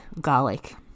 garlic